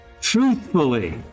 truthfully